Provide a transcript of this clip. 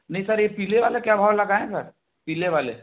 नहीं सर ये पीले वाला क्या भाव लगाए सर पीले वाले